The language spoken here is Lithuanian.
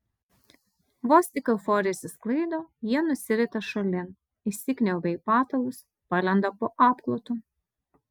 vos tik euforija išsisklaido jie nusirita šalin įsikniaubia į patalus palenda po apklotu